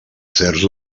certs